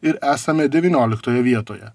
ir esame devynioliktoje vietoje